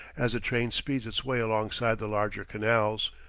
as the train speeds its way alongside the larger canals.